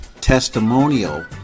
testimonial